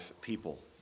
people